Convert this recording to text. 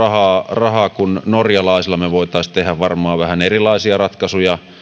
rahaa kuin norjalaisilla me voisimme tehdä varmaan vähän erilaisia ratkaisuja